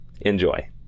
Enjoy